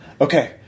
Okay